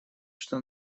что